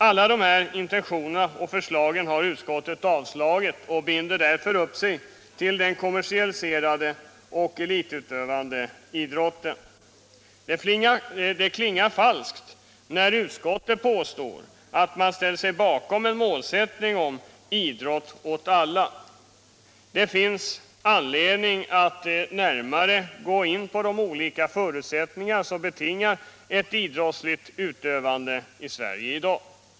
Alla dessa intentioner och förslag har utskottet avstyrkt och binder därför upp sig till den kommersialiserade och elitbetonade idrotten. Det klingar falskt när utskottet påstår att man ställer sig bakom en målsättning om idrott åt alla. Det finns anledning att närmare gå in på de olika förutsättningar som betingar ett idrottsligt utövande i Sverige i dag.